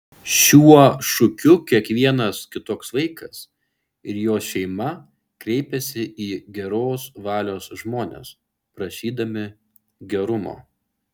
šiuo šūkiu kiekvienas kitoks vaikas ir jo šeima kreipiasi į geros valios žmones prašydami gerumo